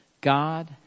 God